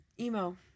emo